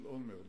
של אולמרט,